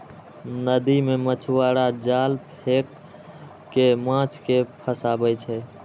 नदी मे मछुआरा जाल फेंक कें माछ कें फंसाबै छै